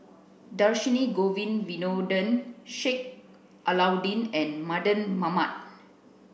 Dhershini Govin Winodan Sheik Alau'ddin and Mardan Mamat